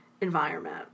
environment